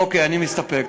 אוקיי, אני מסתפק.